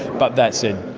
but that said,